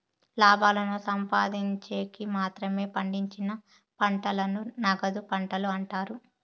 లాభాలను సంపాదిన్చేకి మాత్రమే పండించిన పంటలను నగదు పంటలు అంటారు